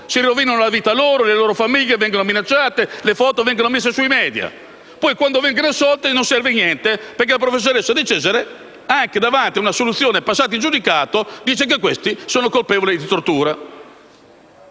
Si rovinano le loro vite, le loro famiglie vengono minacciate, le foto vengono messe sui *media*. Quando, poi, vengono assolti non serve a nulla, perché la professoressa Di Cesare, anche davanti ad una assoluzione passata in giudicato, dice che questi sono colpevoli di tortura.